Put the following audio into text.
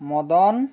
Madan